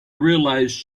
realized